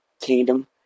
kingdom